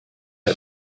had